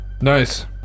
Nice